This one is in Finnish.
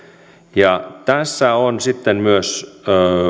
tässä on sitten myös